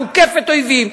מוקפת אויבים,